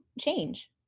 change